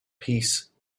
peace